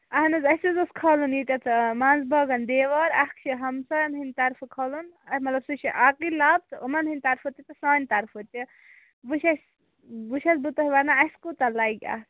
اہن حظ اَسہِ حظ اوس کھالُن ییٚتٮ۪تھ منٛزباگن دیوار اَکھ چھُ ہمساین ہٕنٛدۍ طرفہٕ کھالُن مطلب سُہ چھُ اَکٕے لَب یِمن ہٕنٛدِ طرفہٕ تہِ تہٕ سانہِ طرفہٕ تہِ وُنۍ چھَس وُنۍ چھَس بہٕ تۅہہِ ونان اسہِ کوتاہ لَگہِ اتھ